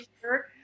sure